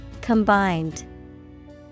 Combined